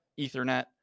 Ethernet